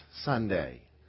Sunday